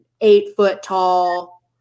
eight-foot-tall